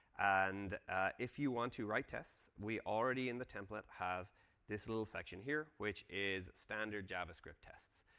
and if you want to write tests, we already in the template have this little section here, which is standard javascript tests.